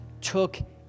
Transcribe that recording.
took